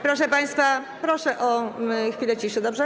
Proszę państwa, proszę o chwilę ciszy, dobrze?